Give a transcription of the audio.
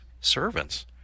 servants